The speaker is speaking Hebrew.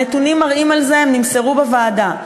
הנתונים מראים את זה, הם נמסרו בוועדה.